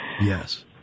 Yes